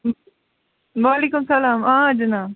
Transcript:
وعلیکُم سلام آ جِناب